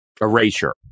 Erasure